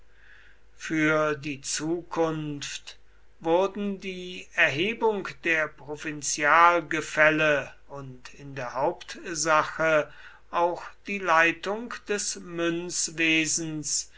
für die zukunft wurden die erhebung der provinzialgefälle und in der hauptsache auch die leitung des